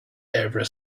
ever